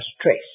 stress